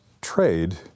trade